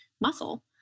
muscle